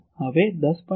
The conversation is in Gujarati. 7 કિલો એમ્પીયર છે